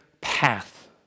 path